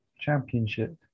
Championship